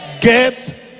Get